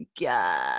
god